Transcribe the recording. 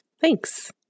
Thanks